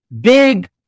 big